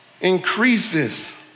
increases